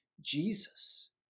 Jesus